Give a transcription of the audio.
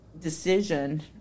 decision